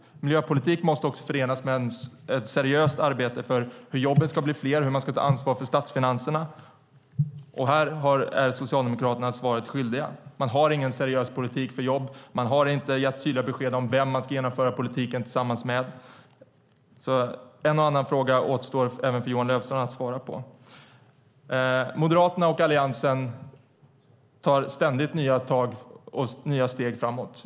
Miljöpolitik måste förenas med ett seriöst arbete för hur jobben ska bli fler och hur man ska ta ansvar för statsfinanserna. Här är Socialdemokraterna svaret skyldiga. Man har ingen seriös politik för jobb. Man har inte gett tydliga besked om vem man ska genomföra politiken tillsammans med. En och annan fråga återstår även för Johan Löfstrand att svara på. Moderaterna och Alliansen tar ständigt nya steg framåt.